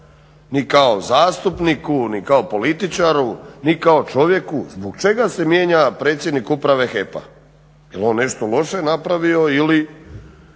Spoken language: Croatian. ni kao zastupniku ni kao političaru ni kao čovjeku zbog čega se mijenja predsjednik uprave HEP-a? jel on nešto loše napravio ili